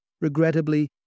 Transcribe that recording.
Regrettably